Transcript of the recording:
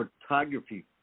photography